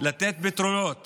לתת פתרונות